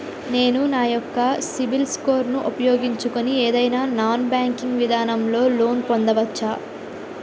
నేను నా యెక్క సిబిల్ స్కోర్ ను ఉపయోగించుకుని ఏదైనా నాన్ బ్యాంకింగ్ విధానం లొ లోన్ పొందవచ్చా?